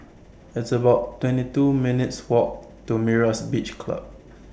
It's about twenty two minutes' Walk to Myra's Beach Club